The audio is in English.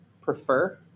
prefer